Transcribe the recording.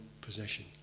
possession